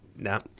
No